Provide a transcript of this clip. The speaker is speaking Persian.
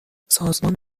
سازمان